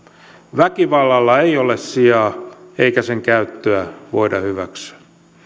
väkivallalla ei ole sijaa eikä sen käyttöä voida hyväksyä